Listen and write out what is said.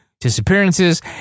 disappearances